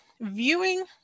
viewing